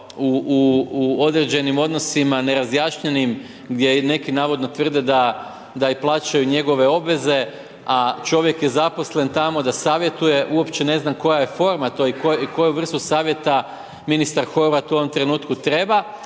u određenim odnosima nerazjašnjenim gdje neki navodno tvrde da i plaćaju njegove obveze a čovjek je zaposlen tamo da savjetuje, uopće ne znam koja je forma to i koju vrstu savjeta ministar Horvat u ovom trenutku treba.